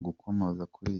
kuri